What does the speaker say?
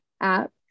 app